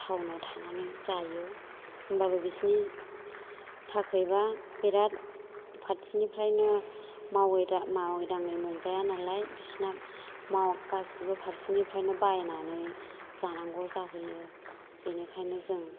टाउनआव थानानै जायो होनबाबो बिसोरनि थाखायबा बेराद फारसेनिफ्रायनो मावै दाङै मोनजाया नालाय बिसोरना गासैबो फारसेनिफ्रायनो बायनानै जानांगौ जाहैयो बेनिखायनो जों